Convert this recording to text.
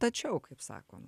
tačiau kaip sako